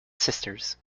sisters